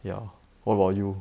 ya what about you